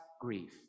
grief